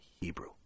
Hebrew